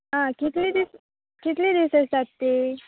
आं कितलीं दीस कितलीं दीस अशीं जात ती